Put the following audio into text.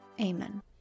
Amen